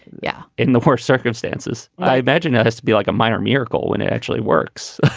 yeah, in the worst circumstances, i imagine us to be like a minor miracle when it actually works.